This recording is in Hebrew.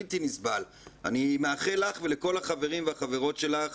אני מאחל לך ולכל החברים והחברות שלך